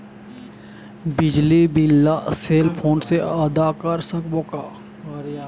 बिजली बिल ला cell phone से आदा कर सकबो का?